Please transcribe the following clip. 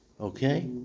Okay